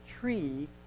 tree